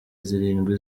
zirindwi